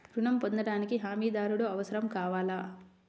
ఋణం పొందటానికి హమీదారుడు అవసరం కావాలా?